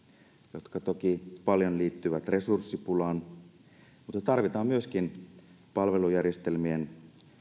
jotka toki paljon liittyvät resurssipulaan mutta tarvitaan myöskin palvelujärjestelmien